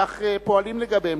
כך פועלים לגביהם.